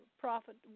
profit